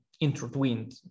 intertwined